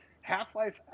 Half-Life